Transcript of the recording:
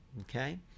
Okay